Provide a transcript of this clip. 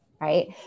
right